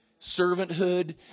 servanthood